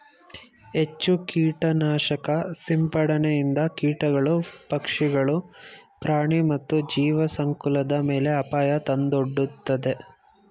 ಹೆಚ್ಚು ಕೀಟನಾಶಕ ಸಿಂಪಡಣೆಯಿಂದ ಕೀಟಗಳು, ಪಕ್ಷಿಗಳು, ಪ್ರಾಣಿ ಮತ್ತು ಜೀವಸಂಕುಲದ ಮೇಲೆ ಅಪಾಯ ತಂದೊಡ್ಡುತ್ತದೆ